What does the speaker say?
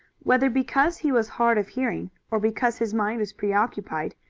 whether because he was hard of hearing or because his mind was preoccupied,